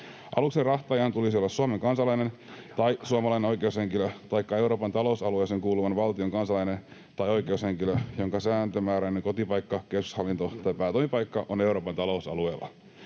Aluksen rahtaajan tulisi olla Suomen kansalainen tai suomalainen oikeushenkilö taikka Euroopan talousalueeseen kuuluvan valtion kansalainen tai oikeushenkilö, jonka sääntömääräinen kotipaikka, keskushallinto tai päätoimipaikka on Euroopan talousalueella.